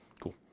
Cool